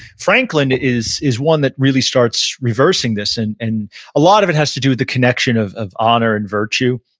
franklin is is one that really starts reversing this, and and a lot of it has to do with the connection of of honor and virtue,